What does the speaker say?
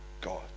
God